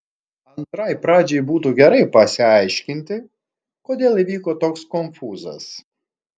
antrai pradžiai būtų gerai pasiaiškinti kodėl įvyko toks konfūzas